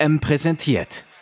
präsentiert